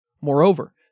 Moreover